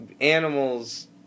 animals